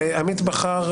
עו"ד עמית בכר,